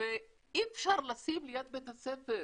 ואי אפשר לשים ליד בית הספר,